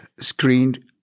screened